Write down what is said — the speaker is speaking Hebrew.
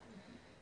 הסמכה ייעודית.